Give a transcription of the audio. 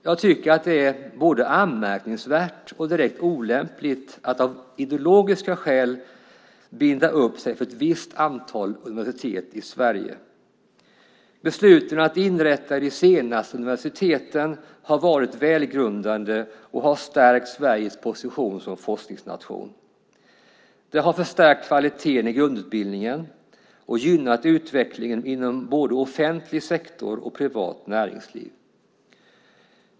Jag tycker att det är både anmärkningsvärt och direkt olämpligt att av ideologiska skäl binda upp sig för ett visst antal universitet i Sverige. Besluten att inrätta de senaste universiteten har varit välgrundade och har stärkt Sveriges position som forskningsnation. Det har förstärkt kvaliteten i grundutbildningen och gynnat utvecklingen inom både offentlig sektor och privat näringsliv.